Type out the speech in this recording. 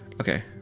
Okay